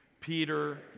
Peter